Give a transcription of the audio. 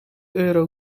euro